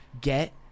get